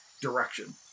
direction